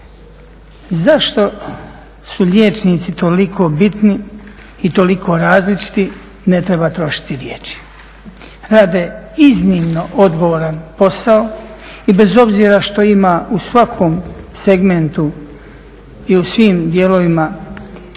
Zašto su liječnici toliko bitni i toliko različiti, ne treba trošiti riječi. Rade iznimno odgovoran posao i bez obzira što ima u svakom segmentu i u svim dijelovima